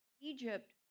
Egypt